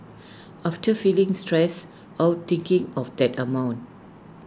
often feeling stressed out thinking of that amount